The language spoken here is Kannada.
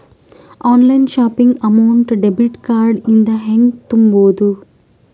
Online shopping amount debit card ಇಂದ ಹೆಂಗ್ ತುಂಬೊದು?